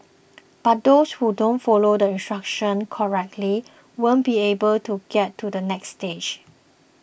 but those who don't follow the instructions correctly won't be able to get to the next stage